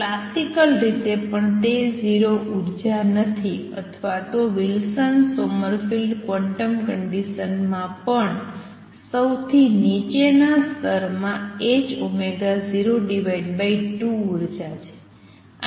classical રીતે પણ તે 0 ઉર્જા નથી અથવા તો વિલ્સન સોમરફિલ્ડ ક્વોન્ટમ કંડિસન્સ માં પણ સૌથી નીચે ના સ્તર માં 02 ઉર્જા છે